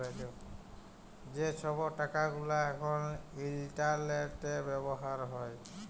যে ছব টাকা গুলা এখল ইলটারলেটে ব্যাভার হ্যয়